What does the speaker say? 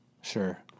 sure